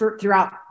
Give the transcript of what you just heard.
throughout